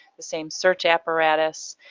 the same search apparatus.